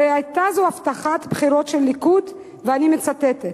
הרי היתה זו הבטחת הבחירות של הליכוד, ואני מצטטת: